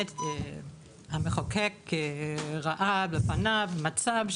המחוקק ראה בפניו מצב,